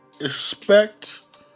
expect